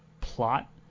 plot